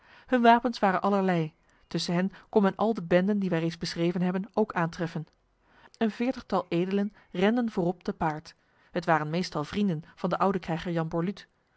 hun wapens waren allerlei tussen hen kon men al de benden die wij reeds beschreven hebben ook aantreffen een veertigtal edelen renden voorop te paard het waren meestal vrienden van de oude krijger jan